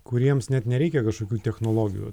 kuriems net nereikia kažkokių technologijų